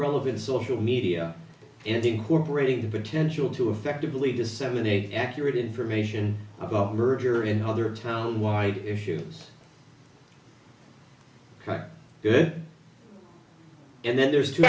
relevant social media incorporating the potential to effectively disseminate accurate information about murder in other town wide issues quite good and then there's